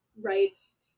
rights